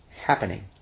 happening